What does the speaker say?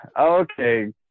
okay